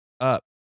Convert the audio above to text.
up